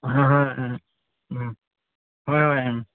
ꯑꯍꯥꯍꯥ ꯑꯥ ꯎꯝ ꯍꯣꯏ ꯍꯣꯏ ꯎꯝ